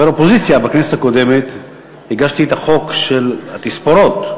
אופוזיציה בכנסת הקודמת הגשתי את החוק של התספורות,